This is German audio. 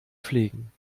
pflegen